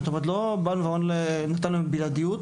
זאת אומרת, אין להם בלעדיות.